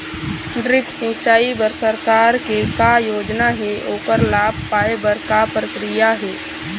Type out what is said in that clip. Drip सिचाई बर सरकार के का योजना हे ओकर लाभ पाय बर का प्रक्रिया हे?